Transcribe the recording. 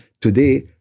today